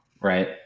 right